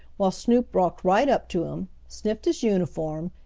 while snoop walked right up to him, sniffed his uniform,